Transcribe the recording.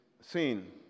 seen